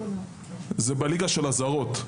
זה בליגה של הזרות.